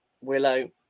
Willow